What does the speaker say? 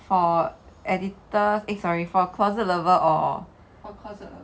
for editors eh sorry for a closet lover or